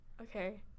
okay